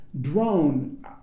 drone